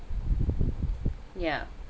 yeah